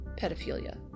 pedophilia